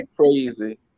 crazy